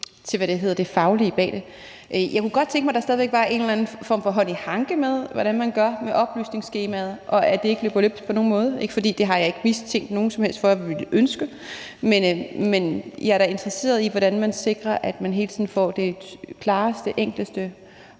til det faglige bag. Jeg kunne godt tænke mig, at der stadig væk var en eller anden form for hånd i hanke med, hvordan man gør med oplysningsskemaet, og at det ikke løber løbsk på nogen måde. Det er ikke, fordi jeg har mistænkt nogen som helst for at ønske det. Men jeg er da interesseret i, hvordan man sikrer, at man hele tiden får det klareste, enkleste